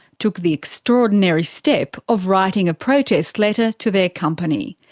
took the extraordinary step of writing a protest letter to their company.